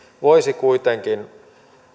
voisi kuitenkin